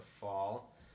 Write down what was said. fall